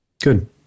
Good